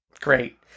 Great